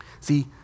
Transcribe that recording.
See